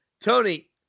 Tony